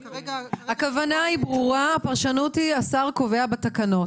הכוונה היא ברורה, הפרשנות היא שהשר קובע בתקנות.